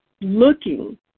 looking